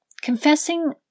Confessing